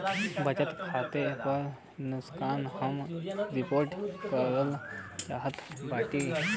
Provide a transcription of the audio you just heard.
बचत खाता पर नुकसान हम रिपोर्ट करल चाहत बाटी